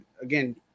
again